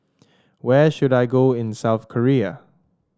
where should I go in South Korea